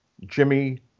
Jimmy